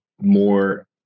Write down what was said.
more